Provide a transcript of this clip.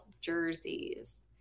jerseys